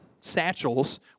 satchels